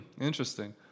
Interesting